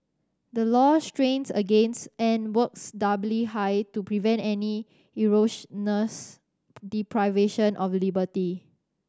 the law strains against and works doubly hard to prevent any erroneous deprivation of liberty